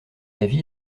l’avis